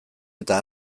eta